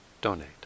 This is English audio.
donate